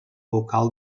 vocal